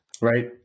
Right